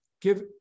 give